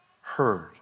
heard